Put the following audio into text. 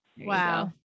Wow